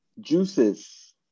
juices